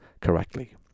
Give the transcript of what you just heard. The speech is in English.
correctly